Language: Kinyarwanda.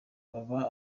baba